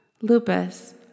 Lupus